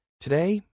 Today